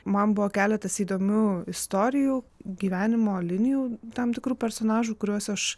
man buvo keletas įdomių istorijų gyvenimo linijų tam tikrų personažų kuriuos aš